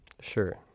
Sure